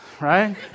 right